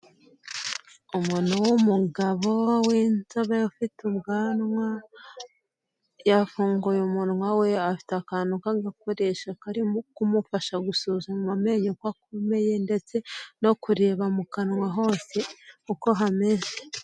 Umuntu w'umugabo w'inzobe ufite ubwanwa yafunguye umunwa we afite akantu k'agakore karimo kumufasha gusuzuma amenyo ko akomeye ndetse no kureba mu kanwa hose uko hameze.